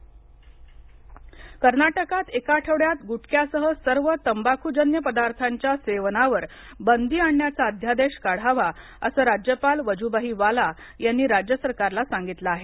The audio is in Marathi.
कर्नाटक गुटखा बंदी कर्नाटकात एका आठवड्यात गुटख्यासह सर्व तंबाखूजन्य पदार्थांच्या सेवनावर बंदी आणण्याचा अध्यादेश काढावा असं राज्यपाल वजुभाई वाला यांनी राज्य सरकारला सांगितलं आहे